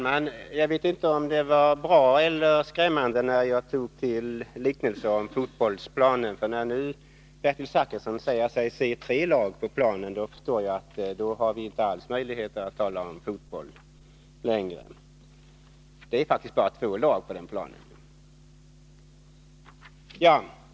Herr talman! Jag vet inte om det var bra eller bara väckte oro när jag tog till liknelsen om fotbollsplanen, men när Bertil Zachrisson nu säger sig se tre lag på planen förstår jag att vi inte längre har någon möjlighet att tala om fotboll. Det är faktiskt bara två lag på den planen.